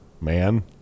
man